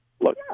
Look